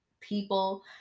people